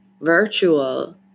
virtual